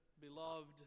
beloved